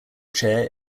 chair